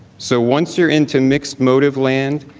so once you're into mixed motive land,